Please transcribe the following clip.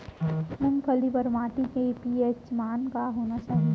मूंगफली बर माटी के पी.एच मान का होना चाही?